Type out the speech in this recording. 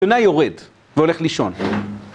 יונה יורד והולך לישון